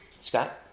Scott